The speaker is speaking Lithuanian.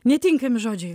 netinkami žodžiai